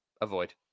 avoid